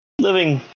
Living